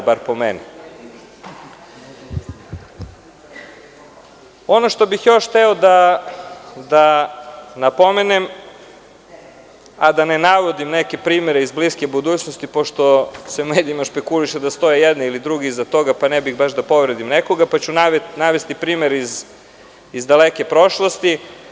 Ono što bi hteo da napomenem, a da ne navodim neke primere iz bliske budućnosti, pošto se u medijima špekuliše da stoje jedni pa drugi iza toga, ne bih da povredim nekoga, samo ću navesti primer iz daleke prošlosti.